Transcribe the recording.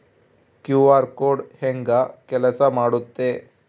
QR code ಹೆಂಗ ಕೆಲಸ ಮಾಡುತ್ತೆ?